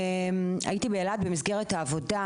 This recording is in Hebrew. הייתי באילת במסגרת העבודה.